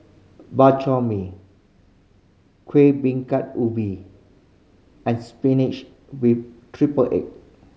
Bak Chor Mee Kueh Bingka Ubi and spinach with triple egg